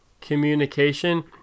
communication